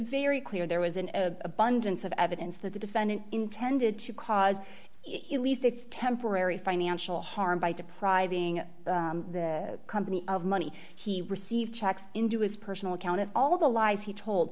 very clear there was an abundance of evidence that the defendant intended to cause it least if temporary financial harm by depriving the company of money he received checks into his personal account of all the lies he told